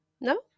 no